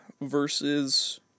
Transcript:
versus